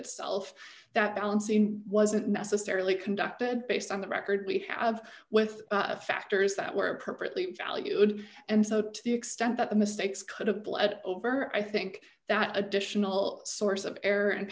itself that balancing wasn't necessarily conducted based on the record we have with factors that were appropriately valued and so to the extent that the mistakes could have bled over i think that additional source of error and